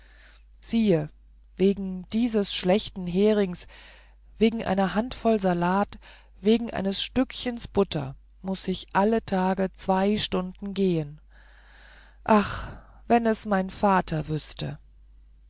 siehe wegen dieses schlechten herings wegen dieser handvoll salat wegen dieses stückchens butter muß ich alle tage zwei stunden gehen ach wenn es mein vater wüßte